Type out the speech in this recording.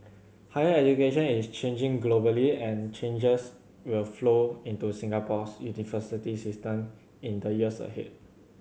higher education is changing globally and changes will flow into Singapore's university system in the years ahead